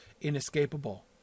inescapable